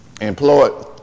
employed